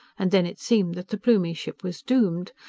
and then it seemed that the plumie ship was doomed.